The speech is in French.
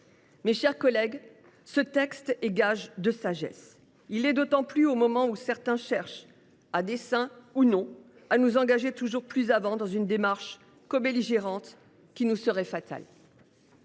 Mes chers collègues, ce texte est gage de sagesse. Il l’est d’autant plus au moment où certains cherchent, à dessein ou non, à nous engager toujours plus avant dans une démarche cobelligérante qui nous serait fatale.